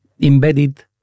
embedded